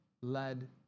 led